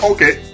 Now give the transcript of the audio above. Okay